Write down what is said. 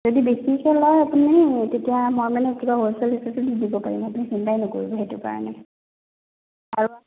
যদি বেছিকে লয় আপুনি তেতিয়া মই মানে কিবা হ'লচেল ৰেটতো দি দিব পাৰিম আপুনি চিন্তাই নকৰিব সেইটো কাৰণে আৰু